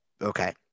Okay